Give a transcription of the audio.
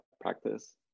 practice